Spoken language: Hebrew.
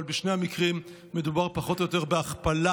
אבל בשני המקרים מדובר פחות או יותר בהכפלה.